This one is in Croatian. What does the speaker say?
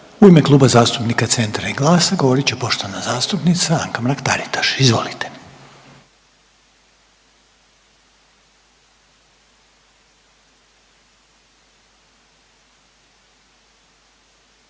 U ime Kluba zastupnika Centra i GLAS-a govorit će poštovana zastupnica Anka Mrak Taritaš. Izvolite.